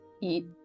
eat